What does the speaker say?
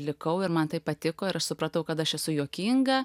likau ir man tai patiko ir supratau kad aš esu juokinga